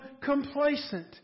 complacent